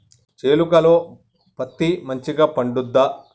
చేలుక లో పత్తి మంచిగా పండుద్దా?